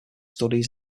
studies